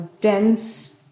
dense